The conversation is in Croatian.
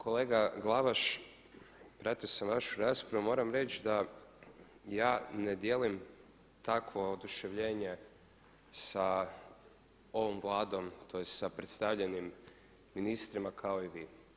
Kolega Glavaš pratio sam vašu raspravu i moram reći da ja ne dijelim takvo oduševljenje sa ovom Vladom tj. sa predstavljanjem ministara kao i vi.